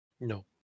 No